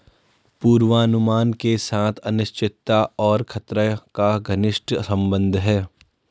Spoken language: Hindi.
पूर्वानुमान के साथ अनिश्चितता और खतरा का घनिष्ट संबंध है